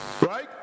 right